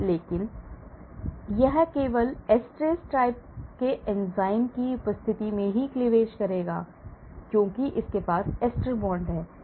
लेकिन यह केवल esterase type के एंजाइम की उपस्थिति में क्लीवेज करता है क्योंकि आपके पास ester bond है